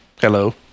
hello